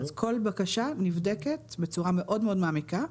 אז כל בקשה נבדקת בצורה מאוד-מאוד מעמיקה.